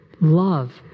love